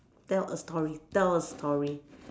tell a story tell a story